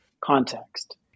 context